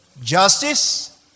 Justice